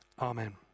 Amen